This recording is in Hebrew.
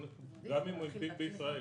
גם אם הוא הנפיק בישראל,